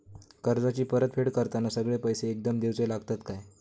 कर्जाची परत फेड करताना सगळे पैसे एकदम देवचे लागतत काय?